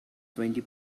twenty